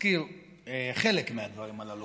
הזכיר חלק מהדברים הללו,